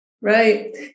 Right